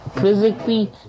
physically